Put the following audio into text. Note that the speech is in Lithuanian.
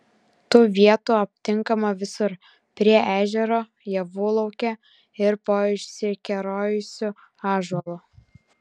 tų vietų aptinkama visur prie ežero javų lauke ir po išsikerojusiu ąžuolu